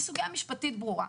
זו סוגיה משפטית ברורה.